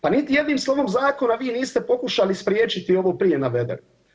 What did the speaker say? Pa niti jednim slovom zakona vi niste pokušali spriječiti ovo prije navedeno.